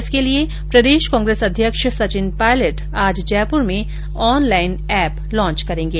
इसके लिये प्रदेश कांग्रेस अध्यक्ष सचिन पायलट आज जयपुर में ऑनलाईन एप लोंच करेंगे